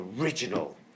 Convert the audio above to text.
original